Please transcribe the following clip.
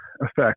effect